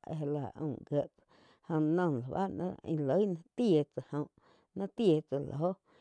áh já la aum gíe tsáh no no ji íh loi tíh tsá joh ni ti tsá loh.